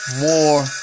more